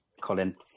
Colin